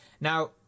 Now